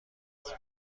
وصل